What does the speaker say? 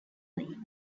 league